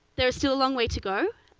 there's still a long way to go.